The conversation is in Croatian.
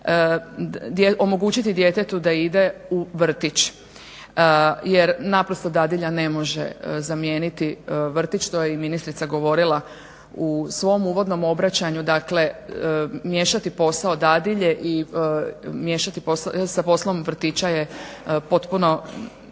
omogućiti djetetu da ide u vrtić, jer naprosto dadilja ne može zamijeniti vrtić. To je i ministrica govorila u svom uvodnom obraćanju. Dakle, miješati posao dadilje sa poslom vrtića je potpuno